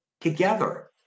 together